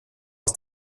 aus